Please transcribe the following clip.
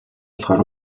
болохоор